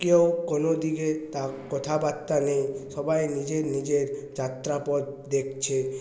কেউ কোনোদিকে কথাবার্তা নেই সবাই নিজের নিজের যাত্রা পথ দেখছে